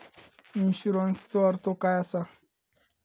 इन्शुरन्सचो अर्थ काय असा?